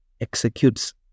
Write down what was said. executes